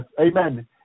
Amen